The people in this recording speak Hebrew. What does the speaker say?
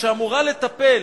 שאמורה לטפל